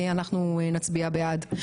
אנחנו נצביע בעד.